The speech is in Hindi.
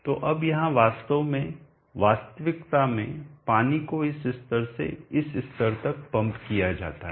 तो अब यहाँ वास्तव में वास्तविकता में पानी को इस स्तर से इस स्तर तक पंप किया जाता है